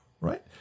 right